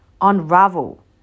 unravel